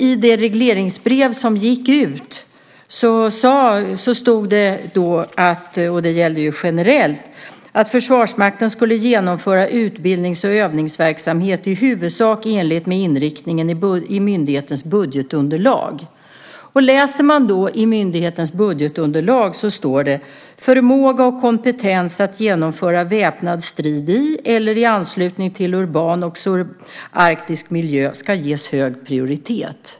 I det regleringsbrev som gick ut stod det - detta gällde generellt - att Försvarsmakten skulle genomföra utbildnings och övningsverksamhet i huvudsak i enlighet med inriktningen i myndighetens budgetunderlag. I myndighetens budgetunderlag står det: Förmåga och kompetens att genomföra väpnad strid i eller i anslutning till urban och subarktisk miljö ska ges hög prioritet.